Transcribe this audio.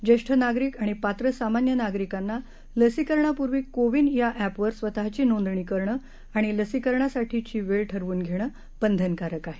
ज्येष्ठ नागरिक आणि पात्र सामान्य नागरिकांना लसीकरणापूर्वी कोविन या अखिर स्वतःची नोंदणी करणं आणि लसीकरणासाठीची वेळ ठरवून घेणं बंधनकारक आहे